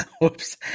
Whoops